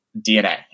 DNA